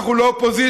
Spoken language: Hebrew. אנחנו לא אופוזיציה,